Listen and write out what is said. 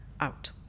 out